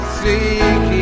seeking